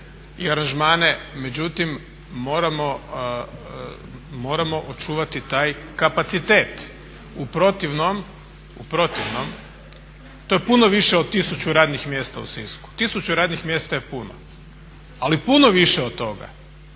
i aranžmane, međutim moramo očuvati taj kapacitet. U protivno to je puno više od tisuću radnih mjesta u Sisku. Tisuću radnih mjesta je puno, ali puno više od toga